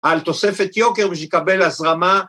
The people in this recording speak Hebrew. ‫על תוספת יוקר ושיקבל הזרמה.